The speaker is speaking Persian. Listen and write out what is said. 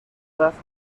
رفت